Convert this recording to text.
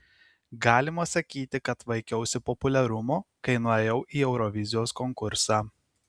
galima sakyti kad vaikiausi populiarumo kai nuėjau į eurovizijos konkursą